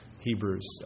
Hebrews